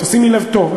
תשימי לב טוב,